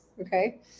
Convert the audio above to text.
Okay